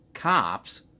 Cops